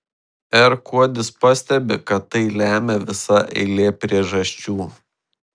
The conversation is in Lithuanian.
r kuodis pastebi kad tai lemia visa eilė priežasčių